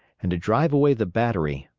and to drive away the battery,